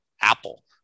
Apple